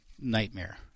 nightmare